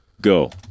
go